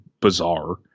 bizarre